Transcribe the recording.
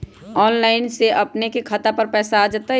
Online से अपने के खाता पर पैसा आ तई?